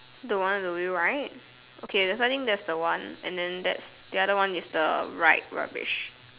the one with the wheel right okay I think that's the one and then that's the other one is the right rubbish